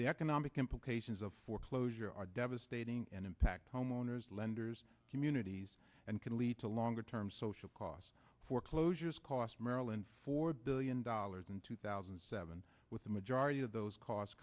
the economic implications of foreclosure are devastating and impact homeowners lenders communities and can lead to longer term social cost foreclosures cost maryland four billion dollars in two thousand and seven with the majority of those costs